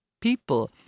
people